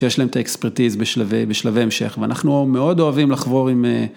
יש להם את האקספרטיז בשלבי המשך, ואנחנו מאוד אוהבים לחבור עם...